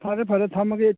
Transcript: ꯐꯔꯦ ꯐꯔꯦ ꯊꯝꯃꯒꯦ